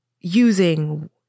using